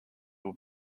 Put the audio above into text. will